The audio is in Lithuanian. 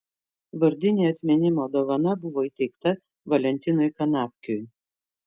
vardinė atminimo dovana buvo įteikta valentinui kanapkiui